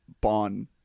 bond